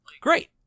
great